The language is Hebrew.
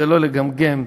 ולא לגמגם,